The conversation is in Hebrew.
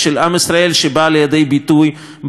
שבאים לידי ביטוי בחג החנוכה.